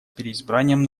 переизбранием